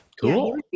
cool